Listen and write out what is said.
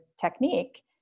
technique